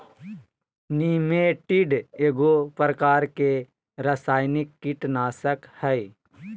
निमेंटीड एगो प्रकार के रासायनिक कीटनाशक हइ